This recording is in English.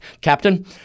Captain